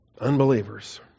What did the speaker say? unbelievers